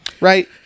Right